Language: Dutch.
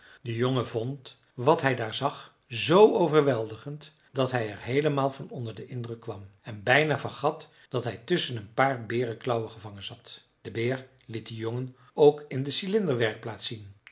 de jongen vond wat hij daar zag z overweldigend dat hij er heelemaal van onder den indruk kwam en bijna vergat dat hij tusschen een paar berenklauwen gevangen zat de beer liet den jongen ook in de cylinderwerkplaats zien